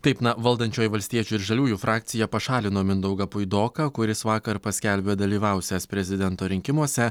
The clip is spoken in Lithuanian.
taip valdančioji valstiečių ir žaliųjų frakcija pašalino mindaugą puidoką kuris vakar paskelbė dalyvausiąs prezidento rinkimuose